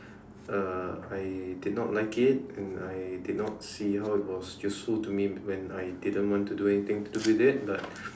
uh I did not like it and I did not see how it was useful to me when I didn't want to do anything to do with it but